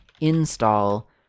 install